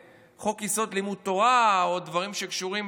חוק-יסוד: לימוד תורה או דברים שקשורים